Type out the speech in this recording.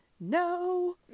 No